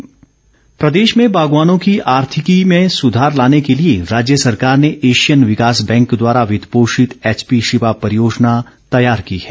बागवानी प्रदेश में बागवानों की आर्थिकी में सुधार लाने के लिए राज्य सरकार ने एशियन विकास बैंक द्वारा वित्त पोषित एच पी शिवा परियोजना तैयार की है